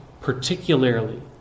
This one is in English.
particularly